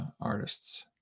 artists